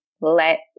let